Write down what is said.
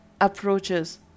approaches